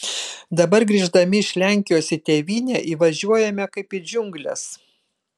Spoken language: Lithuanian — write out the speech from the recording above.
dabar grįždami iš lenkijos į tėvynę įvažiuojame kaip į džiungles